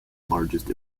largest